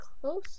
close